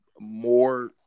more